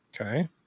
Okay